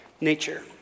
nature